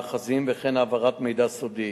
יש תוכנית למצוא מקום חדש לנציבות